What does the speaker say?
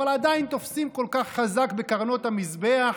אבל עדיין תופסים כל כך חזק בקרנות המזבח,